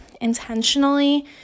intentionally